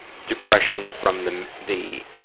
depression from the the